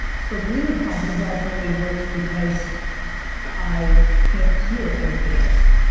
for me, positive vibes only works because i can't hear anything else.